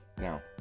Now